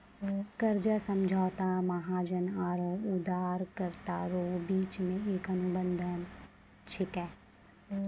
कर्जा समझौता महाजन आरो उदारकरता रो बिच मे एक अनुबंध छिकै